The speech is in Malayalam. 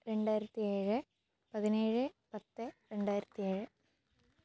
രണ്ടായിരത്തി ഏഴ് പതിനേഴ് പത്ത് രണ്ടായിരത്തിയേഴ്